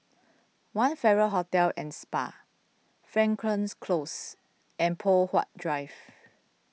one Farrer Hotel and Spa Frankel Close and Poh Huat Drive